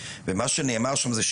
ומה שנאמר שם זה,